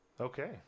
Okay